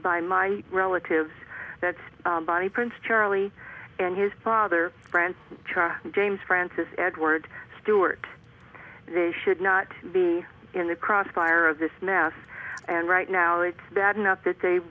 by my relatives that's bonnie prince charlie and his father brant james francis edward stewart they should not be in the crossfire of this mess and right now it's bad enough that they